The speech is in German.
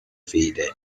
feder